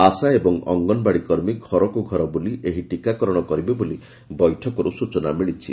ଆଶା ଏବଂ ଅଙ୍ଗନବାଡ଼ି କର୍ମୀ ଘରକୁ ଘର ବୁଲି ଏହି ଟୀକାକରଶ କରିବେ ବୋଲି ବୈଠକରୁ ସ୍ଚନା ମିଳିଛି